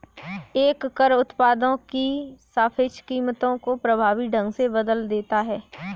एक कर उत्पादों की सापेक्ष कीमतों को प्रभावी ढंग से बदल देता है